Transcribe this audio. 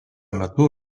metu